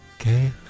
Okay